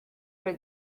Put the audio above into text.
for